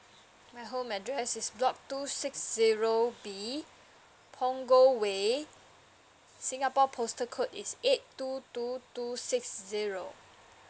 my home address is block two six zero B punggol way singapore postal code is eight two two two six zero